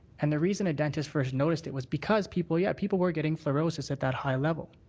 and the reason a dentist first noticed it was because people yeah people were getting fluorosis at that high level.